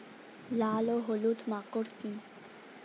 লাল ও হলুদ মাকর কী?